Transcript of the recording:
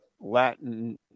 Latin